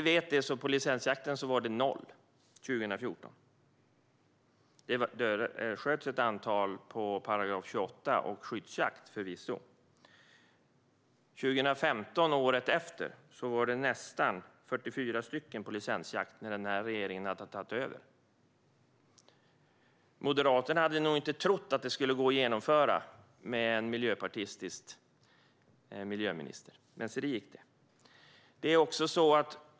På licensjakt var det noll vargar 2014. Det sköts förvisso ett antal på § 28 och skyddsjakt. Året efter, 2015, sköts det nästan 44 stycken på licensjakt, alltså när denna regering hade tagit över. Moderaterna hade nog inte trott att det skulle gå att genomföra med en miljöpartistisk miljöminister, men se det gick.